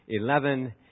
11